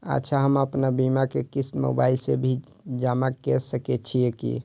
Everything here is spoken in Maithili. अच्छा हम आपन बीमा के क़िस्त मोबाइल से भी जमा के सकै छीयै की?